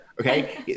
okay